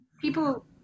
people